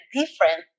different